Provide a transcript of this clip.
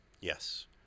Yes